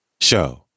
Show